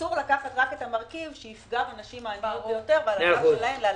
אסור לקחת רק את המרכיב שיפגע בנשים ה- -- ועליהן להלביש.